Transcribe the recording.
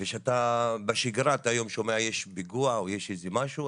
כשאתה בשגרה ואתה היום שומע שיש פיגוע או שיש איזה משהו,